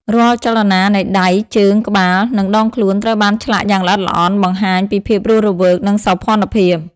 រាល់ចលនានៃដៃ ជើង ក្បាល និងដងខ្លួន ត្រូវបានឆ្លាក់យ៉ាងល្អិតល្អន់បង្ហាញពីភាពរស់រវើក និងសោភ័ណភាព។